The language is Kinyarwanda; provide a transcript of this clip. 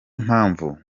mpamvu